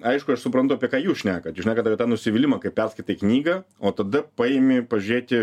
aišku aš suprantu apie ką jūs šnekat jūs šnekat apie tą nusivylimą kai perskaitai knygą o tada paimi pažiūrėti